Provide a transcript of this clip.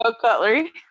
cutlery